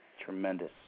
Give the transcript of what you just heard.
Tremendous